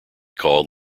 called